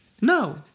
No